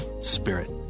spirit